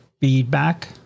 feedback